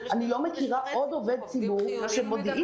אני לא מכירה עוד עובד ציבור שמודיעים